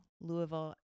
Louisville